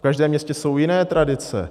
V každém městě jsou jiné tradice.